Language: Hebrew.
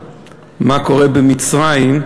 מה קורה בסוריה, מה קורה במצרים,